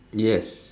yes